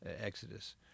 Exodus